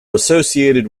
associated